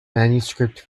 manuscript